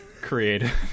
Creative